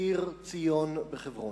ציר ציון בחברון.